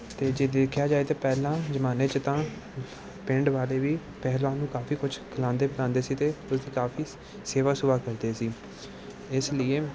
ਅਤੇ ਜੇ ਦੇਖਿਆ ਜਾਏ ਤਾਂ ਪਹਿਲਾਂ ਜ਼ਮਾਨੇ 'ਚ ਤਾਂ ਪਿੰਡ ਵਾਲੇ ਵੀ ਪਹਿਲਵਾਨ ਕਾਫੀ ਕੁਝ ਖਿਲਾਉਂਦੇ ਪਿਲਾਉਂਦੇ ਸੀ ਅਤੇ ਉਸਦੀ ਕਾਫੀ ਸੇਵਾ ਸੰਭਾਲ ਕਰਦੇ ਸੀ ਇਸ ਲਈਏ